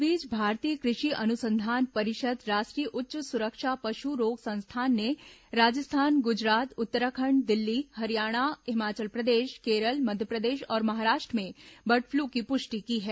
इस बीच भारतीय कृषि अनुसंधान परिषद राष्ट्रीय उच्च सुरक्षा पशु रोग संस्थान ने राजस्थान गुजरात उत्तराखंड दिल्ली हरियाणा हिमाचल प्रदेश केरल मध्यप्रदेश और महाराष्ट्र में बर्ड फ्लू की पुष्टि की है